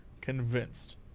Convinced